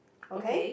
okay